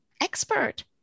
expert